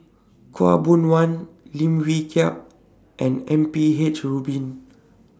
Khaw Boon Wan Lim Wee Kiak and M P H Rubin